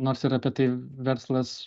nors ir apie tai verslas